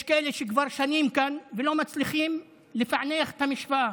יש כאלה שכבר שנים כאן ולא מצליחים לפענח את המשוואה.